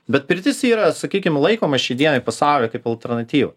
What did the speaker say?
bet pirtis yra sakykim laikoma šiai dienai pasauly kaip alternatyva